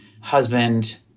husband